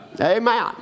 Amen